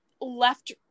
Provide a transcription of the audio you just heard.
left